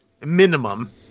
minimum